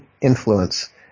influence